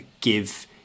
give